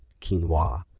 quinoa